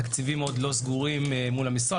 התקציבים עוד לא סגורים מול המשרד,